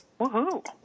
Woohoo